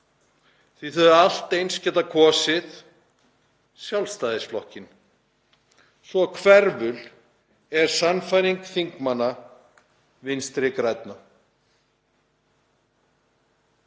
hefðu allt eins getað kosið Sjálfstæðisflokkinn, svo hverful er sannfæring þingmanna Vinstri grænna.